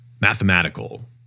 mathematical